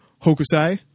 Hokusai